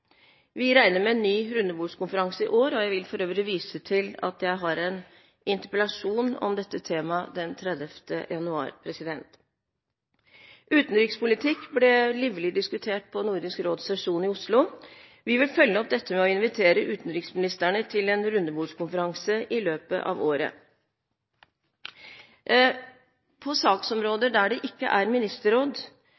Vi regner med en ny rundebordskonferanse i år, og jeg vil for øvrig vise til at jeg har en interpellasjon om dette temaet den 30. januar. Utenrikspolitikk ble livlig diskutert på Nordisk råds sesjon i Oslo. Vi vil følge opp dette med å invitere utenriksministrene til en rundebordskonferanse i løpet av året. På